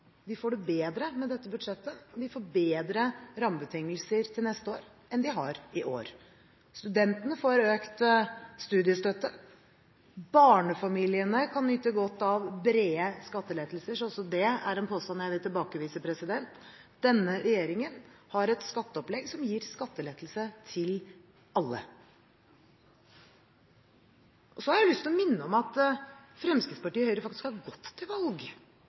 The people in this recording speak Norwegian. De får det bedre med dette budsjettet. De får bedre rammebetingelser til neste år enn de har i år. Studentene får økt studiestøtte. Barnefamiliene kan nyte godt av brede skattelettelser, så også det er en påstand jeg vil tilbakevise. Denne regjeringen har et skatteopplegg som gir skattelettelse til alle. Jeg har lyst til å minne om at Fremskrittspartiet og Høyre faktisk har gått til valg